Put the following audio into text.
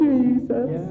Jesus